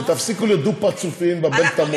ותפסיקו להיות דו-פרצופיים ולבלבל את המוח.